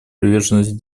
приверженность